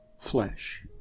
flesh